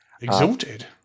Exalted